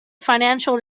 financial